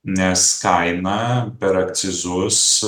nes kaina per akcizus